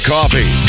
Coffee